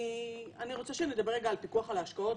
אני רוצה שנדבר על פיקוח על השקעות,